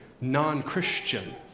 non-Christian